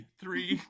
three